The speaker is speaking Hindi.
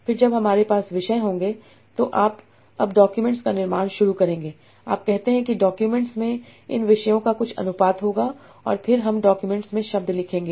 फिर जब हमारे पास विषय होंगे तो आप अब डॉक्यूमेंट्स का निर्माण शुरू करेंगे आप कहते हैं कि डॉक्यूमेंट्स में इन विषयों का कुछ अनुपात होगा और फिर हम डॉक्यूमेंट्स में शब्द लिखेंगे